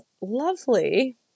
lovely